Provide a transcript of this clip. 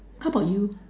how bout you